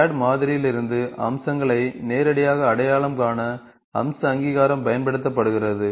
CAD மாதிரியிலிருந்து அம்சங்களை நேரடியாக அடையாளம் காண அம்ச அங்கீகாரம் பயன்படுத்தப்படுகிறது